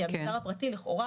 כי המגזר הפרטי לכאורה,